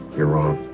you're wrong.